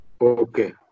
Okay